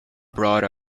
brought